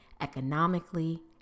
economically